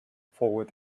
forward